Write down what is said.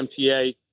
MTA